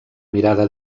mirada